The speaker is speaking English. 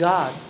God